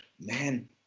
man